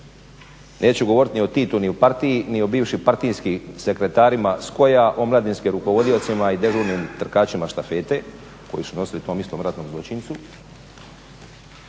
neću govoriti ni o Titu ni o partiji ni o bivšim partijskim sekretarima … omladinskim rukovodiocima i … trkačima štafete, koje su nosili tom istom ratnom zločincu,